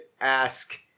ask